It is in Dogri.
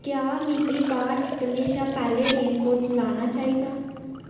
क्या मिगी बाह्र निकलने शा पैह्लें रेनकोट लाना चाहिदा